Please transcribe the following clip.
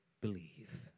believe